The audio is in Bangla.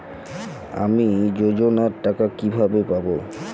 আমি যোজনার টাকা কিভাবে পাবো?